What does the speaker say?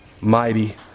mighty